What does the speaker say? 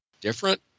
different